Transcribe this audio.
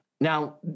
Now